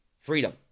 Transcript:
Freedom